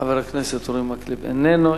חבר הכנסת אורי מקלב, איננו.